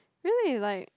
really like